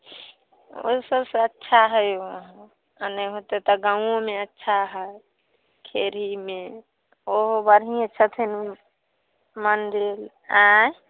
ओहिसबसँ अच्छा हइ उहाँ आओर नहि होतै तऽ गामोमे अच्छा हइ खेरीमे ओहो बढ़िएँ छथिन मन्दिर आँए